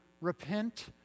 repent